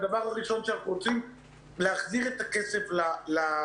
הדבר הראשון שאנחנו רוצים הוא להחזיר את הכסף לתלמידים.